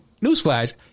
newsflash